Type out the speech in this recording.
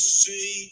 see